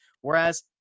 Whereas